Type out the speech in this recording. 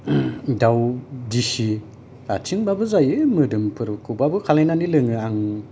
दाउ डिसि आथिंबाबो जायो मोदोमफोरखौबाबो खालायनानै लोङो